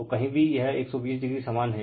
तो कही भी यह 120o समान हैं